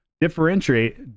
Differentiate